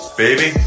baby